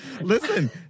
Listen